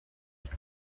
left